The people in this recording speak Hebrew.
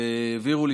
והעבירו לי.